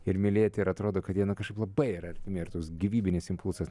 ir mylėti ir atrodo kad jie na kažkaip labai yra artimi ir toks gyvybinis impulsas